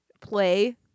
play